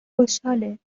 خوشحاله